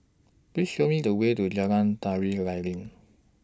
Please Show Me The Way to Jalan Tari Lilin